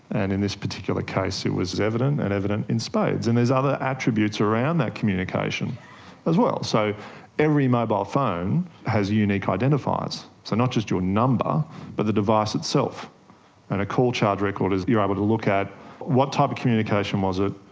and in this particular case it was evident and evident in spades. and there's another attributes around that communication as well. so every mobile phone has unique identifiers, so not just your number but the device itself, and a call charge record is you're able to look at what type of communication was it,